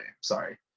Sorry